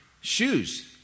shoes